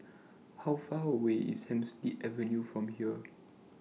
How Far away IS Hemsley Avenue from here